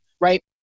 right